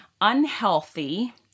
unhealthy